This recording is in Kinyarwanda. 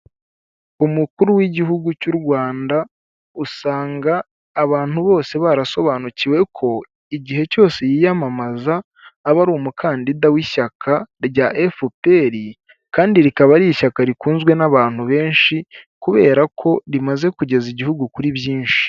Umukuru w'igihugu cy'u Rwanda usanga abantu bose barasobanukiwe ko igihe cyose yiyamamaza aba ari umukandida w'ishyaka rya FPR, kandi rikaba ari ishyaka rikunzwe n'abantu benshi kubera ko rimaze kugeza igihugu kuri byinshi.